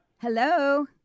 Hello